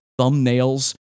thumbnails